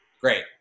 great